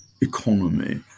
economy